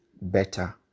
better